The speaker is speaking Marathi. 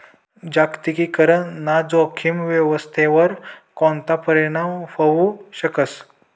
जागतिकीकरण ना जोखीम व्यवस्थावर कोणता परीणाम व्हवू शकस